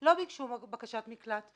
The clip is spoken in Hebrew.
לא ביקשו בקשת מקלט.